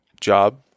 job